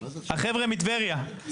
החבר'ה מטבריה,